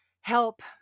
help